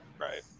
Right